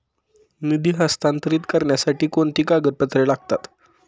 निधी हस्तांतरित करण्यासाठी कोणती कागदपत्रे लागतात?